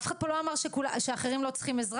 אף אחד פה לא אמר שאחרים לא צריכים עזרה,